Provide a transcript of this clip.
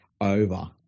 over